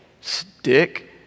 Stick